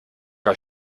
war